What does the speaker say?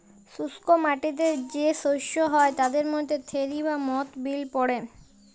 শুস্ক মাটিতে যে শস্য হ্যয় তাদের মধ্যে খেরি বা মথ বিল পড়ে